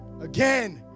Again